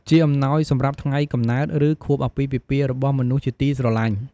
ជាអំណោយសម្រាប់ ថ្ងៃកំណើត ឬ ខួបអាពាហ៍ពិពាហ៍ របស់មនុស្សជាទីស្រឡាញ់។